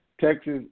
Texas